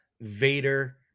Vader